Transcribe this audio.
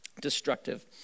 destructive